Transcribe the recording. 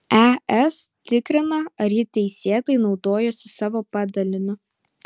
es tikrina ar ji teisėtai naudojosi savo padaliniu